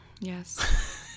Yes